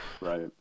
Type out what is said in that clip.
Right